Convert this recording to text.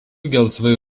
gelsvai